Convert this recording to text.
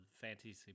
fantasy